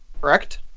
correct